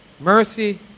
mercy